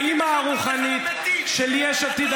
האימא הרוחנית של יש עתיד.